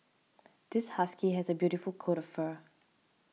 this husky has the beautiful coat of fur